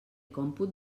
còmput